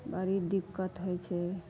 बड़ी दिक्कत होइ छै